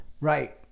Right